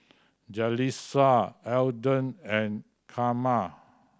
Jalissa Alden and Carma